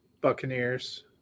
Buccaneers